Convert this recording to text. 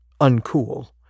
uncool